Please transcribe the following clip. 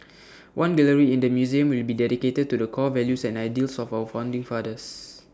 one gallery in the museum will be dedicated to the core values and ideals of our founding fathers